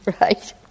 right